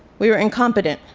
we were incompetent.